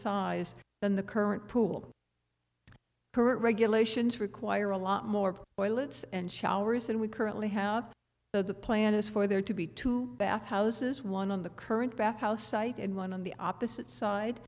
size than the current pool current regulations require a lot more oil it's and showers and we currently have though the plan is for there to be two bath houses one on the current bathhouse site and one on the opposite side